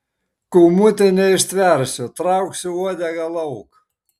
kūmute neištversiu trauksiu uodegą lauk